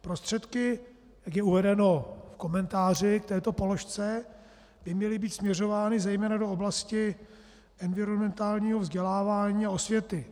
Prostředky, jak je uvedeno v komentáři k této položce, by měly být směřovány zejména do oblasti environmentálního vzdělávání a osvěty.